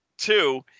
two